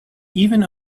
even